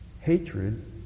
Hatred